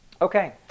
okay